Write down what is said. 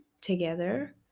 together